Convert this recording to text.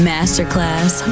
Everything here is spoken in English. Masterclass